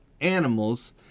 animals